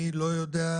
אני לא יודע,